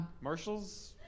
Marshall's